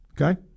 Okay